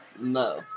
No